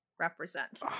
represent